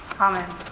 Amen